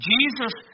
Jesus